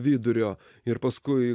vidurio ir paskui